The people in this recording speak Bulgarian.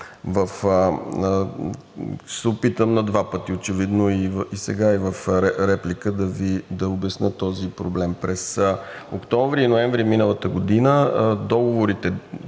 се опитам на два пъти очевидно – и сега, и в реплика, да обясня този проблем. През октомври и ноември миналата година действащите